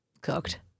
cooked